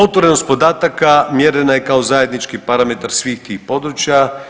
Otvorenost podataka mjerena je kao zajednički parametar svih tih područja.